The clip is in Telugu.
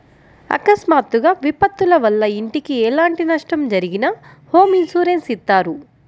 అకస్మాత్తుగా విపత్తుల వల్ల ఇంటికి ఎలాంటి నష్టం జరిగినా హోమ్ ఇన్సూరెన్స్ ఇత్తారు